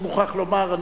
אני מוכרח לומר,